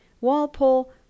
Walpole